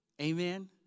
Amen